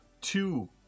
Two